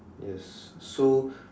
yes so